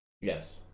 Yes